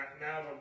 now